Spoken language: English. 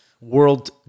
World